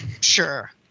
Sure